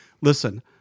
listen